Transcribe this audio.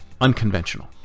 unconventional